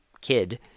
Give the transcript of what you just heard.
kid